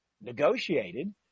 negotiated